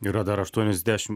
yra dar aštuoniasdešim